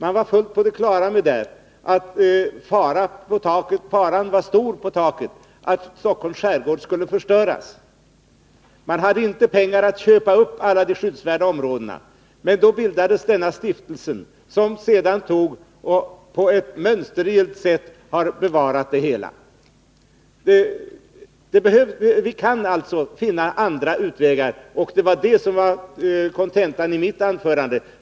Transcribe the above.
Man var fullt på det klara med att det förelåg stor fara för att skärgården skulle förstöras, och man hade inte pengar att köpa upp alla de skyddsvärda områdena. Då bildades denna stiftelse, som sedan på ett mönstergillt sätt har bevarat skärgården. Vi kan alltså finna andra utvägar. Det var kontentan i mitt anförande.